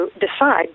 decide